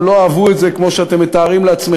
הם לא אהבו את זה, כמו שאתם מתארים לעצמכם.